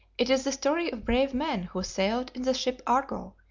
it is the story of brave men who sailed in the ship argo,